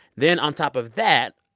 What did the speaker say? then on top of that,